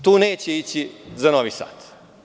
Tu neće ići za Novi Sad.